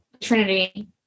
trinity